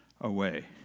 away